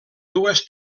dues